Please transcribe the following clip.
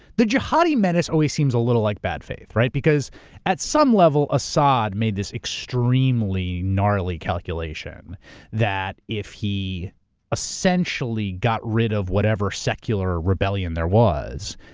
the jihad-i menace always seems a little like bad faith, because at some level assad made this extremely gnarly calculation that if he essentially got rid of whatever secular rebellion there was,